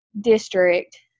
district